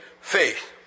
faith